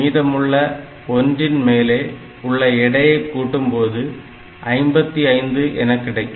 மீதமுள்ள 1 ன் மேலே உள்ள எடையை கூட்டும் போது 55 எனக் கிடைக்கும்